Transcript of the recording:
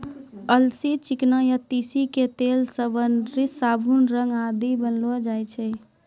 अलसी, चिकना या तीसी के तेल सॅ वार्निस, साबुन, रंग आदि बनैलो जाय छै